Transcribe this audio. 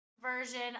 version